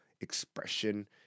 expression